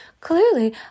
clearly